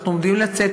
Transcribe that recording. אנחנו עומדים לצאת,